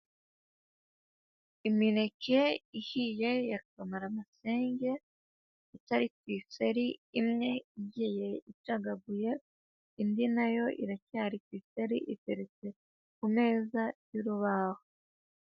Imineke ihiye ya kamaramasenge itari ku iseri, imwe igiye icagaguye indi nayo iracyari ku iseri iteretse ku meza y'urubaho.